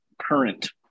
current